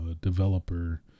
developer